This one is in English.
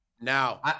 Now